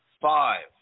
five